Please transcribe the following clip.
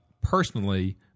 personally